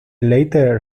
latter